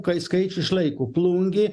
kai skaičių išlaiko plungė